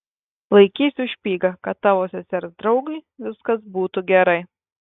laikysiu špygą kad tavo sesers draugui viskas būtų gerai